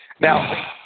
Now